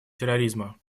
терроризма